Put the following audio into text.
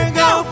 go